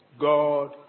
God